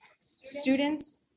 students